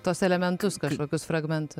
tuos elementus kažkokius fragmentų